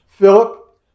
Philip